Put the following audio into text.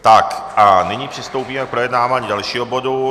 Tak a nyní přistoupíme k projednávání dalšího bodu.